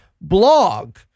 blog